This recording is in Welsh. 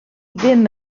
ddim